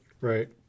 Right